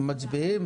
מצביעים?